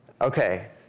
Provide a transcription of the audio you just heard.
Okay